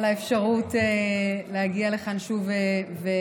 ותודה על האפשרות להגיע לכאן שוב ולבנות